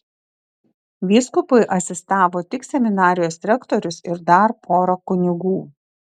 vyskupui asistavo tik seminarijos rektorius ir dar pora kunigų